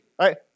Right